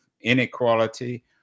inequality